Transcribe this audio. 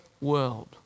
world